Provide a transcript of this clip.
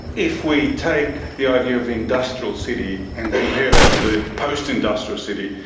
if we take the idea of the industrial city and compare that to the post-industrial city,